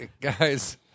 guys